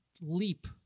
leap